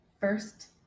first